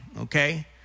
okay